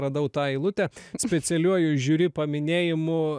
radau tą eilutę specialiuoju žiuri paminėjimu